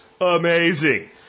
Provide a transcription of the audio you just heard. amazing